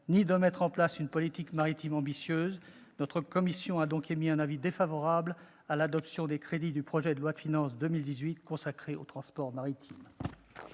ni de mettre en place une politique maritime ambitieuse. Notre commission a donc émis un avis défavorable sur l'adoption des crédits du projet de loi de finances pour 2018 consacrés aux transports maritimes.